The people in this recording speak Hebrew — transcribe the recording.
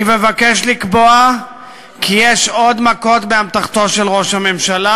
אני מבקש לקבוע כי באמתחתו של ראש הממשלה